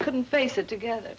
couldn't face it together